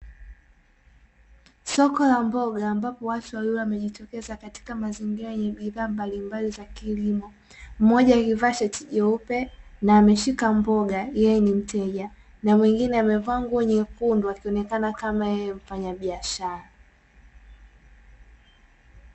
Soko la mboga ambapo watu wawili wamejitokeza katika mazingira yenye bidhaa mbalimbali za kilimo, mmoja akivaa shati jeupe na ameshika mboga, yeye ni mteja na mwingine amevaa nguo nyekundu akionekana kama yeye ni mfanyabiashara.